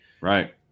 Right